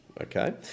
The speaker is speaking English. okay